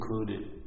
included